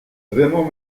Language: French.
vraiment